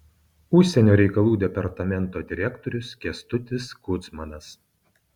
užsienio reikalų departamento direktorius kęstutis kudzmanas